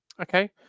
Okay